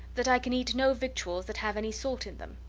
that i can eat no victuals that have any salt in them.